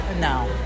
no